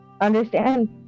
understand